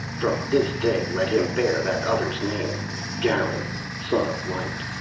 from this day let him bear that other's name. garan, son of light.